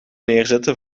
neerzetten